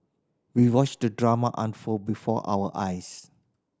we watched the drama unfold before our eyes